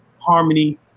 harmony